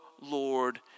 Lord